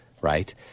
right